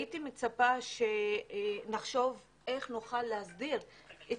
הייתי מצפה שנחשוב איך נוכל להסדיר את